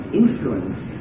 influence